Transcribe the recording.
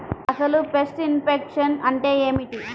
అసలు pest infection అంటే ఏమిటి?